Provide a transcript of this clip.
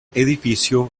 edificio